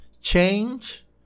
change